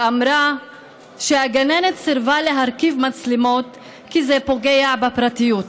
היא אמרה שהגננת סירבה להתקין מצלמות כי זה פוגע בפרטיות.